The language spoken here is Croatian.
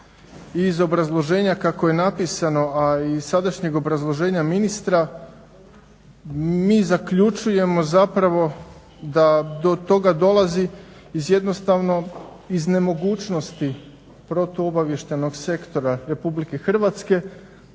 iz obrazloženja kako je napisano, a i sadašnjeg obrazloženja ministra. Mi zaključujemo zapravo da do toga dolazi iz jednostavno, iz nemogućnosti protuobavještajnog sektora Republike Hrvatske